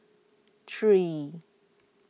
three